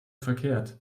verkehrt